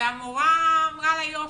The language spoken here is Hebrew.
והמורה אמרה לה 'יופי'?